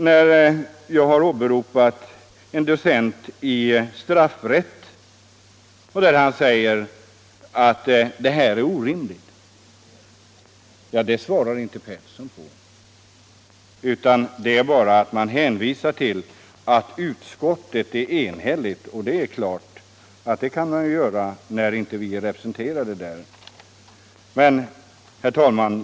När jag åberopat en docent i straffrätt, som säger att dessa förhållanden är orimliga, svarar herr Petersson inte på det utan hänvisar bara till ett enhälligt betänkande. Det är klart att utskottet är enigt, eftersom kommunisterna inte är representerade där! Herr talman!